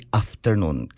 afternoon